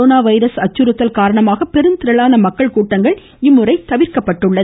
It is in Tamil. கொரானோ வைரஸ் அச்சுறுத்தல் காரணமாக பெருந்திரளான மக்கள் கூட்டங்கள் இம்முறை தவிர்க்கப்பட்டுள்ளன